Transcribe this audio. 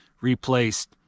replaced